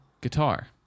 guitar